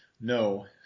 No